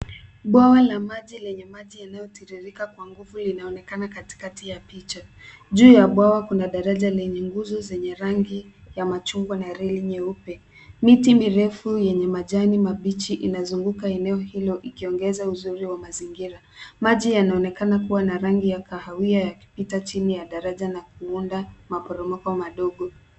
Bwawa la maji lenye maji yanayotiririka kwa nguvu linaonekana katikati ya picha. Juu ya bwawa kuna daraja lenye nguzo zenye rangi ya machungwa na reli nyeupe. Miti mirefu yenye majani mabichi inazunguka eneo hilo ikiongeza uzuri wa mazingira. Maji yanaonekana kuwa na rangi ya kahawia yakipita chini ya daraja na kuunda maporomoko madogo.